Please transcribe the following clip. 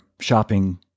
shopping